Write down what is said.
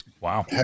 Wow